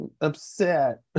upset